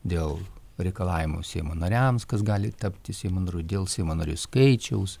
dėl reikalavimo seimo nariams kas gali tapti seimo nariu dėl seimo narių skaičiaus